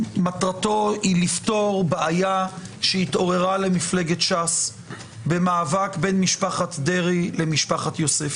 היא לפתור בעיה שהתעוררה למפלגת ש"ס במאבק בין משפחת דרעי למשפחת יוסף,